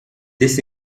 this